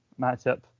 matchup